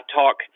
talk